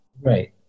Right